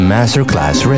Masterclass